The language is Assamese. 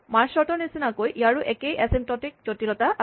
মাৰ্জ চৰ্ট ৰ নিচিনাকৈ ইয়াৰো একেই এছিম্পটটিক জটিলতা আছে